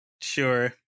Sure